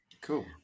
Cool